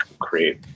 create